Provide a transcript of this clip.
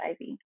IV